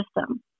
system